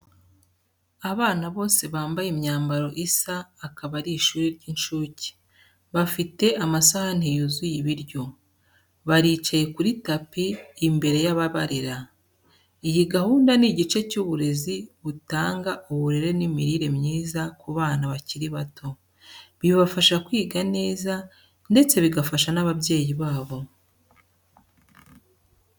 Abana bose bambaye imyambaro isa akaba ari ishuri ry'incuke, bafite amasahani yuzuye ibiryo. Baricaye kuri tapi imbere y’ababarera. Iyi gahunda ni igice cy’uburezi butanga uburere n’imirire myiza ku bana bakiri bato, bibafasha kwiga neza ndetse bigafasha n'ababyeyi babo.